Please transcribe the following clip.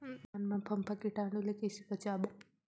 धान मां फम्फा कीटाणु ले कइसे बचाबो?